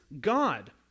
God